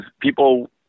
people